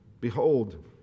Behold